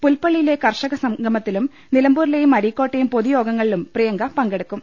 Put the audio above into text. പുൽപ്പള്ളിയിലെ കർഷ ക സം ഗ മ ത്തിലും നിലമ്പൂരിലെയും അരീക്കോട്ടെയും പൊതുയോഗങ്ങളിലും പ്രിയങ്ക പങ്കെടുക്കും